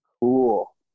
Cool